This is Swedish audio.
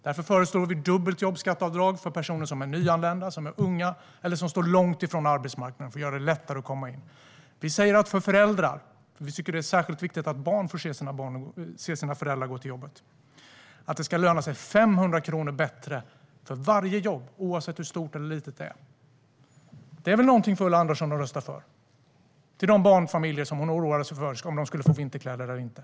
Därför föreslår vi dubbelt jobbskatteavdrag för personer som är nyanlända, som är unga eller som står långt ifrån arbetsmarknaden för att göra det lättare att komma in. Vi tycker att det är särskilt viktigt att barn får se sina föräldrar gå till jobbet, och vi säger därför att för föräldrar ska varje jobb löna sig bättre och ge 500 kronor mer, oavsett hur stort eller litet det är. Det är väl någonting för Ulla Andersson att rösta för? Det går till de barnfamiljer som hon oroade sig för och undrade om de skulle få vinterkläder eller inte.